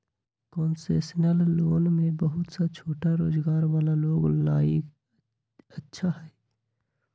concessional loan में बहुत सा छोटा रोजगार वाला लोग ला ई अच्छा हई